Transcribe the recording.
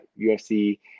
UFC